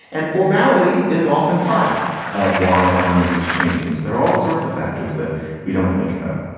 and formality is often part of why a language changes. there are all sorts of factors that we don't think about.